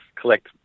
collect